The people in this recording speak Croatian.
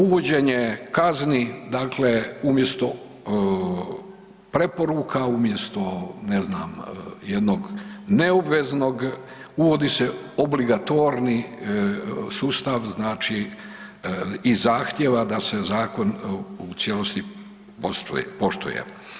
Uvođenje kazni dakle umjesto preporuka, umjesto ne znam jednog neobveznog uvodi se obligatorni sustav, znači i zahtjeva da se zakon u cijelosti poštuje.